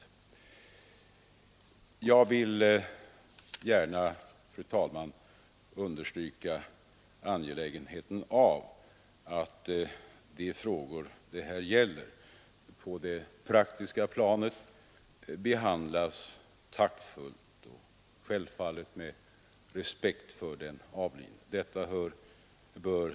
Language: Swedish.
Fredagen den Jag vill gärna, fru talman, också understryka angelägenheten av att de 23 november 1973 frågor det här gäller på det praktiska planet behandlas taktfullt och med respekt för den avlidne.